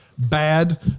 bad